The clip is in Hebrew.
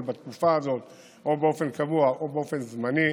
בתקופה הזאת או באופן קבוע או באופן זמני.